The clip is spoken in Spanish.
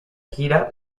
gira